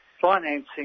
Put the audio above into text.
financing